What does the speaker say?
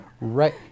right